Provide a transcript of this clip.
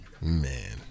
Man